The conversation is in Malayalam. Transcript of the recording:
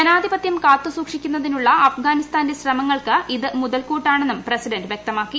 ജന്യൂഗിപത്യം കാത്തുസൂക്ഷിക്കുന്നതിനുള്ള അഫ്ഗാനിസ്ഥാന്റെ ശ്രമങ്ങൾക്ക് ഇത് മു്തൽകൂട്ടാണെന്നും പ്രസിഡന്റ് വ്യക്തമാക്കി